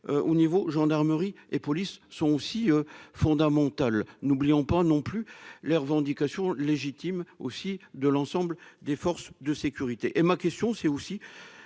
au niveau gendarmerie et police sont aussi fondamental, n'oublions pas non plus les revendications légitimes aussi de l'ensemble des forces de sécurité et ma question c'est aussi